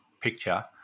picture